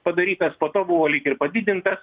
padarytas po to buvo lyg ir padidintas